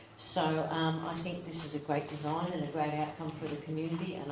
so um i think this is a great design, and a great outcome for the community, and